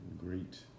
great